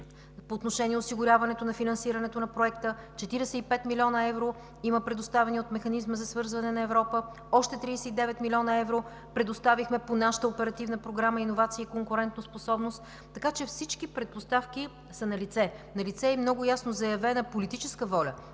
по отношение осигуряване финансирането на проекта, 45 млн. евро има предоставени от Механизма за свързване на Европа, още 39 млн. евро предоставихме по нашата Оперативна програма „Иновации и конкурентоспособност“. Така че всички предпоставки са налице, налице е и много ясно заявена политическа воля